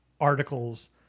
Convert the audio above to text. articles